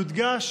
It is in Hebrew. יודגש